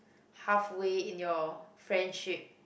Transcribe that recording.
halfway in your friendship